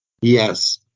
Yes